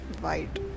white